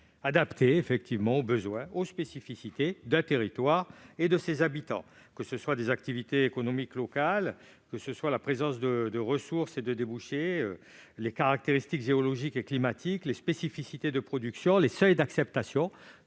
adaptée aux besoins, aux spécificités d'un territoire et de ses habitants. Activités économiques locales, présence de ressources et de débouchés, caractéristiques géologiques et climatiques, spécificités de production, seuils d'acceptation